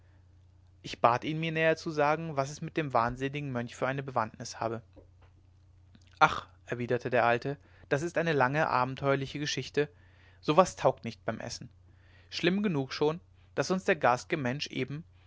ich bat ihn mir näher zu sagen was es mit dem wahnsinnigen mönch für eine bewandtnis habe ach erwiderte der alte das ist eine lange abenteuerliche geschichte so was taugt nicht beim essen schlimm genug schon daß uns der garstige mensch eben